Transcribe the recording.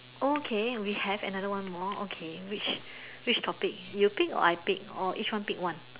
okay we have another one more okay which which topic you pick or I pick or each one pick one